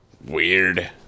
Weird